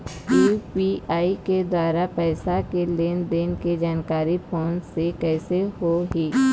UPI के द्वारा पैसा के लेन देन के जानकारी फोन से कइसे होही?